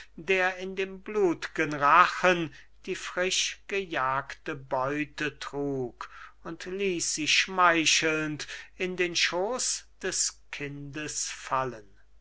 der in dem blut'gen rachen die frisch gejagte beute trug und ließ sie schmeichelnd in den schooß des kindes fallen